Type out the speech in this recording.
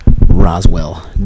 Roswell